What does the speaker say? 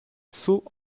saut